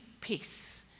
peace